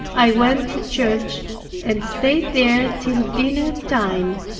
i went to church and stayed there till dinner time.